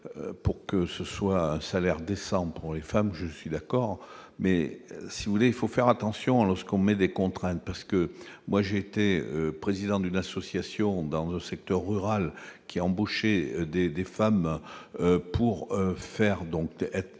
pour que ce soit un salaire décent pour les femmes, je suis d'accord mais si vous voulez, il faut faire attention lorsqu'on met des contraintes parce que moi j'ai été président d'une association dans le secteur rural qui a embauché des des femmes pour faire donc